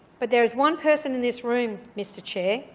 but there is one person in this room, mr chair,